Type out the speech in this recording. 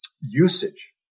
usage